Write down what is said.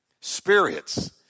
Spirits